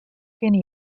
kinne